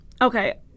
Okay